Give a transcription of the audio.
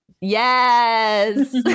Yes